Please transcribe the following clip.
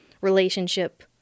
relationship